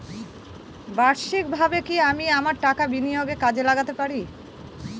বার্ষিকভাবে কি আমি আমার টাকা বিনিয়োগে কাজে লাগাতে পারি?